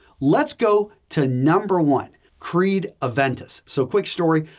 let's go to number one, creed aventus. so, quick story,